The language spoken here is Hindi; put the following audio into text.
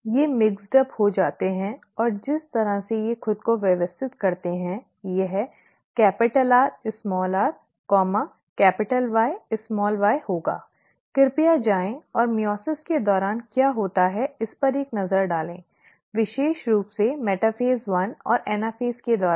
ये मिश्रित हो जाते हैं और जिस तरह से ये खुद को व्यवस्थित करते हैं यह Rr Yy होगा कृपया जाएं और अर्धसूत्रीविभाजन के दौरान क्या होता है इस पर एक नज़र डालें विशेष रूप से मेटाफ़ेज़ एक और एनाफ़ेज़ के दौरान